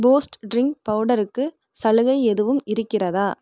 boost drink பவுடருக்கு சலுகை எதுவும் இருக்கிறதா